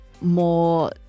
more